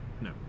No